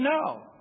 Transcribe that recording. no